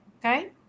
okay